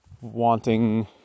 wanting